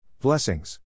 Blessings